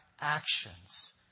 actions